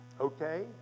Okay